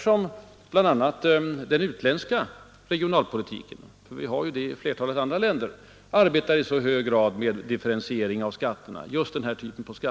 Det är därför som utländsk regionalpolitik — det finns ju en sådan i flertalet andra länder — i så hög grad arbetar med differentiering av skatterna.